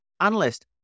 Analyst